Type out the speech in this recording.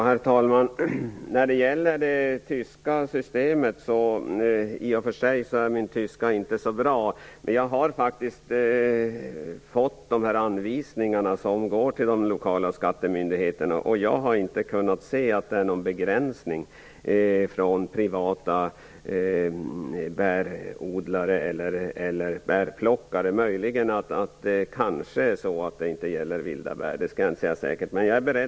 Herr talman! Min tyska är i och för sig inte så bra, men jag har när jag har tagit del av de anvisningar som går till de lokala skattemyndigheterna inte kunnat se att det är fråga om någon begränsning för privata bärodlare eller bärplockare. Möjligen gäller bestämmelserna inte i fråga om vilda bär - jag kan inte säga säkert om det är så.